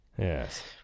yes